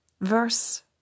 verse